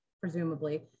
presumably